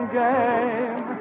game